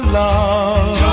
love